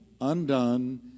undone